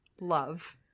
love